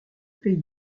pays